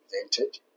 invented